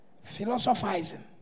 philosophizing